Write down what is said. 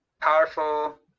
powerful